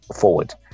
forward